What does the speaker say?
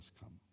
come